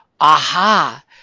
aha